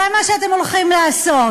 זה מה שאתם הולכים לעשות.